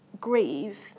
grieve